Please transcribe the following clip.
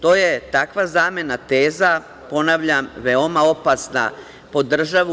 To je takva zamena teza, ponavljam, veoma opasna po državu.